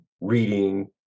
reading